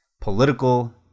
Political